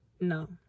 No